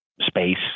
space